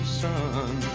sun